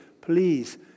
please